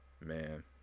man